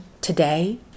today